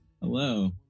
Hello